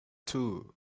two